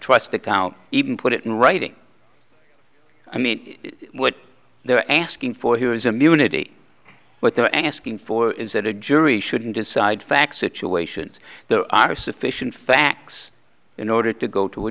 because now even put it in writing i mean what they're asking for here is a munity what they're asking for is that a jury shouldn't decide facts situations there are sufficient facts in order to go to a